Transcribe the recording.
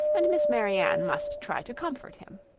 and miss marianne must try to comfort him.